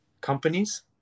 companies